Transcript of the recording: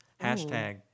Hashtag